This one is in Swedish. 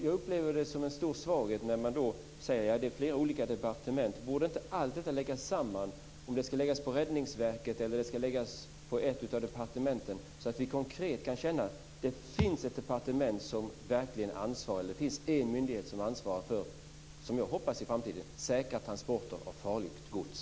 Jag upplever det som en stor svaghet när man säger att det är flera olika departement. Borde inte allt detta läggas samman? Det kan läggas på Räddningsverket eller på ett av departementen så att vi konkret kan känna att det finns ett departement eller en myndighet som i framtiden verkligen ansvarar för säkra transporter av farligt gods.